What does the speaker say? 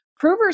Provers